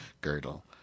Girdle